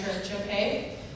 okay